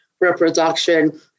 reproduction